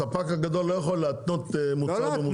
הספק הגדול לא יכול התנות מוצר במוצר.